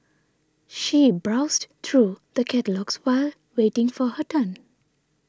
she browsed through the catalogues while waiting for her turn